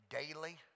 daily